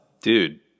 Dude